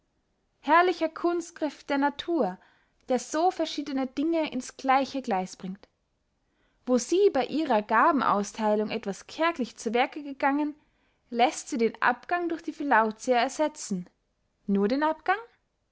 herrlicher kunstgriff der natur der so verschiedene dinge ins gleiche gleis bringt wo sie bey ihrer gabenaustheilung etwas kärglich zu werke gegangen läßt sie den abgang durch die philautia ersetzen nur den abgang